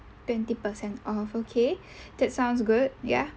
twenty percent off okay that sounds good ya